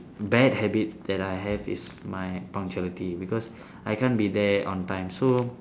bad habit that I have is my punctuality because I can't be there on time so